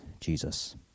Jesus